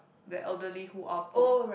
the elderly who are poor